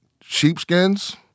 Sheepskins